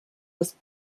das